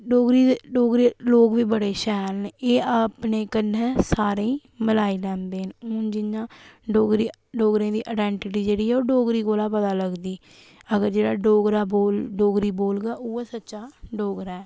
डोगरी दे डोगरे लोग बी बड़े शैल न एह् अपने कन्नै सारे गी मलाई लैंदे न हून जियां डोगरी डोगरें दी आइडेंटिटी जेह्ड़ी ऐ ओह् डोगरी कोला पता लगदी अगर जेह्ड़ा डोगरा डोगरी बोलगा उ'ऐ सच्चा डोगरा ऐ